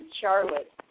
Charlotte